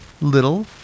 little